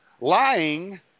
lying